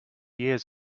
years